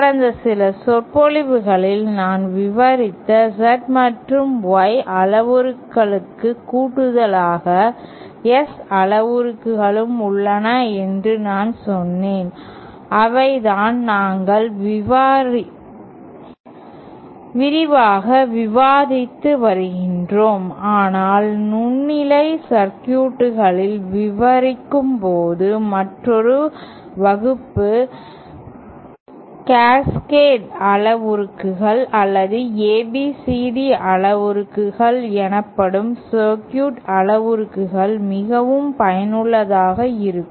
கடந்த சில சொற்பொழிவுகளில் நான் விவரித்த Z மற்றும் Y அளவுருவுக்கு கூடுதலாக S அளவுருக்களும் உள்ளன என்று நான் சொன்னேன் அவைதான் நாங்கள் விரிவாக விவாதித்து வருகிறோம் ஆனால் நுண்ணலை சர்க்யூட்டுகளை விவரிக்கும் போது மற்றொரு வகுப்பு கேஸ்கேட் அளவுருக்கள் அல்லது ABCD அளவுருக்கள் எனப்படும் சர்க்யூட் அளவுருக்கள் மிகவும் பயனுள்ளதாக இருக்கும்